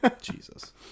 Jesus